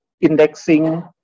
indexing